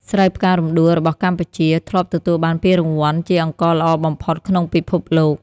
ស្រូវផ្ការំដួលរបស់កម្ពុជា ធ្លាប់ទទួលបានពានរង្វាន់ជាអង្ករល្អបំផុតក្នុងពិភពលោក។